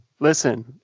Listen